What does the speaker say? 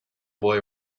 boy